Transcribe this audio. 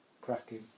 cracking